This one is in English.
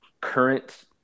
current